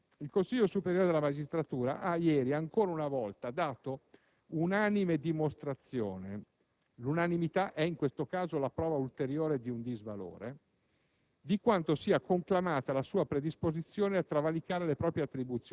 al ministro Di Pietro, signor Presidente, il Consiglio superiore della magistratura ha ieri, ancora una volta, dato unanime dimostrazione (l'unanimità è, in questo caso, la prova ulteriore di un disvalore)